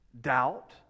doubt